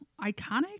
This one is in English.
iconic